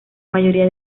mayoría